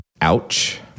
Ouch